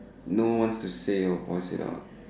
no one wants to say or express it out